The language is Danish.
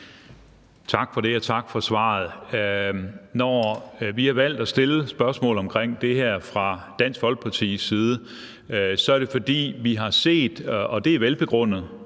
Tak for det. Og tak for svaret. Når vi har valgt at stille spørgsmål om det her fra Dansk Folkepartis side, er det, fordi vi har set – og det er velbegrundet